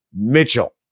Mitchell